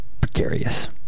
precarious